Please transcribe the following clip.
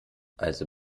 also